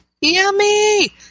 yummy